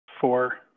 Four